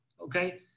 okay